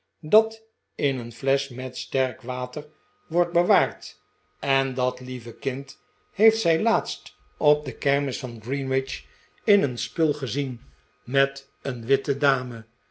dat in een flesch met sterk water wordt bewaard en dat lieve kind heeft zij laatst op de kermis van greenwich in een spul gezien met een witte dame